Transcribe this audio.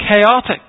chaotic